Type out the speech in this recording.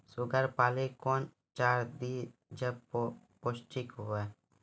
Sugar पाली कौन चार दिय जब पोस्टिक हुआ?